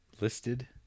listed